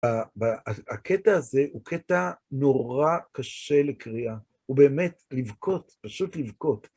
הקטע הזה הוא קטע נורא קשה לקריאה, הוא באמת לבכות, פשוט לבכות.